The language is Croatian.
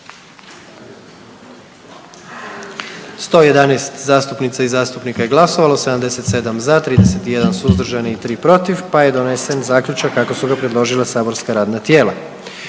111 zastupnica i zastupnika je glasovalo, 77 za, 31 suzdržan i 3 protiv pa je donesen Zaključak kako su ga predložila saborska radna tijela.